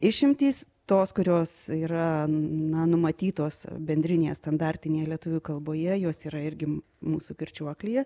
išimtys tos kurios yra na numatytos bendrinėje standartinėje lietuvių kalboje jos yra irgi mūsų kirčiuoklyje